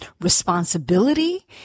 responsibility